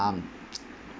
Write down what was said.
um